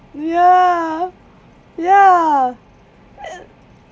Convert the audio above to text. ya ya